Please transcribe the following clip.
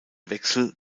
wechsel